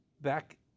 Back